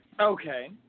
Okay